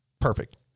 perfect